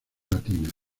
latinas